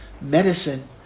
medicine